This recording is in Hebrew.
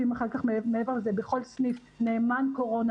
מעבר לזה בכל סניף יהיה נאמן קורונה